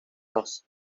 toss